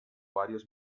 varios